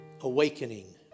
awakening